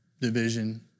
division